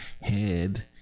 head